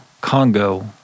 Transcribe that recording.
Congo